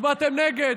הצבעתם נגד.